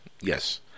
Yes